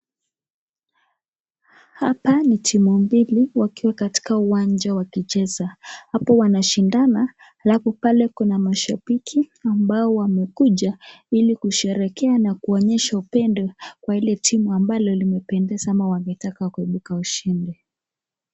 Hapa ni timu mbili wakiwa katika uwanja wakicheza, hapa wanashindana alafu pale kuna mashabiki ambao wamekuja ili kusherekea na kuonyesha upendo kwa ile timu ambalo limependeza ama wametoka kuebuka kuwa ushindi.